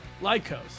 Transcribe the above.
Lycos